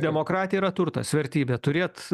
demokratija yra turtas vertybė turėt